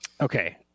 Okay